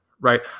Right